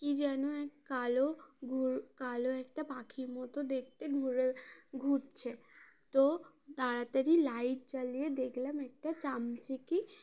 কি যেন এক কালর কালো একটা পাখির মতো দেখতে ঘুরে ঘুরছে তো তাড়াতাড়ি লাইট চালিয়ে দেখলাম একটা চামচিকে